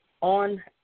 on